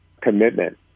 commitment